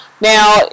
Now